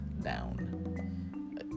down